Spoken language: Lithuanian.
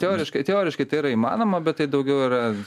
teoriškai teoriškai tai yra įmanoma bet tai daugiau yra